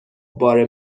بار